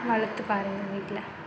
வளர்த்துப்பாருங்க வீட்டில்